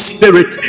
Spirit